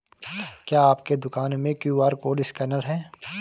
क्या आपके दुकान में क्यू.आर कोड स्कैनर है?